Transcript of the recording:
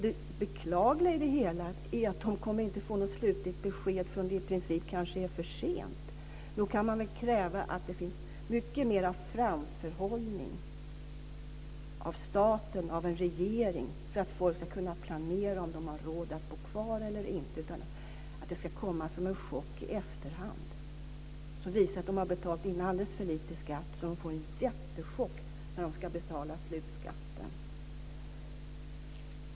Det beklagliga är att de kanske inte kommer att få något slutligt besked förrän det i princip är för sent. Nog kan man kräva mycket mer av framförhållning av staten och av regeringen, så att folk ska kunna planera om de har råd att bo kvar eller inte. Det borde inte få komma som en chock i efterhand, då det visar sig att de har betalat in alldeles för lite i skatt. Det kan bli en jättechock när de ska betala slutskatten.